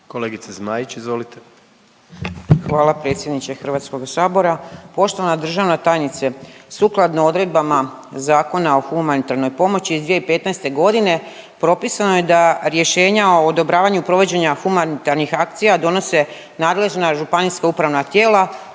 **Zmaić, Ankica (HDZ)** Hvala predsjedniče HS-a, poštovana državna tajnice. Sukladno odredbama Zakona o humanitarnoj pomoći iz 2015. g. propisano je da rješenja o odobravanju provođenja humanitarnih akcija donose nadležna županijska upravna tijela,